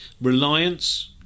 reliance